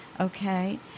Okay